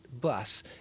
bus